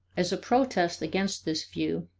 as a protest against this view,